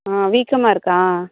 ஆ வீக்கமாக இருக்கா